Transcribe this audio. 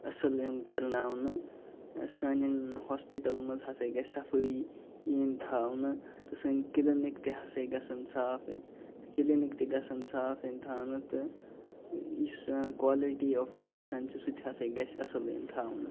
اصٕل یُن کَرناونہٕ سانٮ۪ن ہاسپِٹَلَن منٛز ہسا گژھہِ صفٲیی یِنۍ تھاونہٕ تہٕ سٲنۍ کِلِنِک تہِ ہسا گژھَن صاف یِنۍ کِلِنِک تہِ گژھَن صاف یِنۍ تھاونہٕ تہٕ یُس قالٹی آف میٚڈِسَن چھُ سُہ تہِ ہسا گژھہِ اصٕل یُِن تھاونہٕ